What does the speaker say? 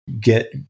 get